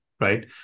right